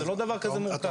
זה לא דבר כזה מורכב.